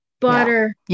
butter